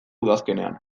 udazkenean